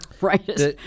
right